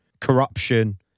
corruption